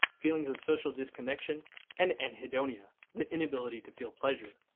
feelings of social disconnection and anhedonia the inability to feel pleasure.